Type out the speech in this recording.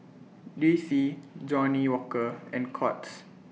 D C Johnnie Walker and Courts